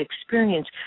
experience